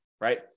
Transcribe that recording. right